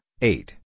eight